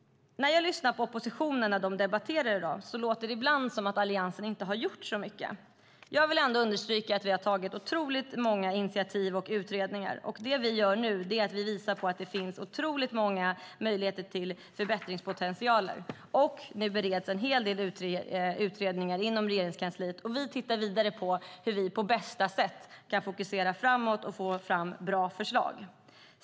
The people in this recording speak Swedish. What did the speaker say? När jag har lyssnat på oppositionen i debatten i dag har det ibland låtit som att Alliansen inte har gjort så mycket. Jag vill dock understryka att vi har tagit många initiativ och tillsatt många utredningar. Vi visar att det finns många möjligheter och stor förbättringspotential. Det bereds en hel del utredningar i Regeringskansliet, och vi tittar vidare på hur vi på bästa sätt fokuserar framåt och får fram bra förslag.